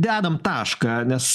dedam tašką nes